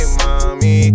mommy